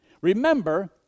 Remember